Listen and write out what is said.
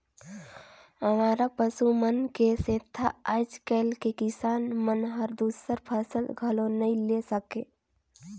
अवारा पसु मन के सेंथा आज कायल के किसान मन हर दूसर फसल घलो नई ले सके